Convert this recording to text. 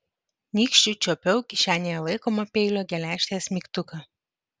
nykščiu čiuopiau kišenėje laikomo peilio geležtės mygtuką